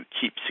keep